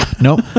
Nope